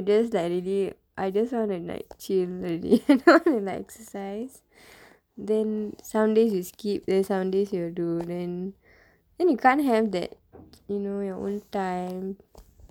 I just wanna like chill already I don't want to like exercise then some days you skip then some days you'll do then then you can't have that you know your own time